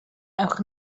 ewch